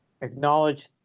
acknowledge